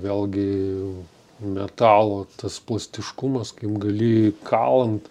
vėlgi metalo tas plastiškumas kaip gali jį kalant